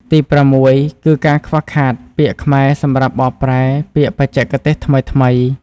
ទីប្រាំមួយគឺការខ្វះខាតពាក្យខ្មែរសម្រាប់បកប្រែពាក្យបច្ចេកទេសថ្មីៗ។